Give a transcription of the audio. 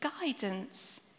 guidance